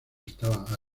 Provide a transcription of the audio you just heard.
estaba